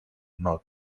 not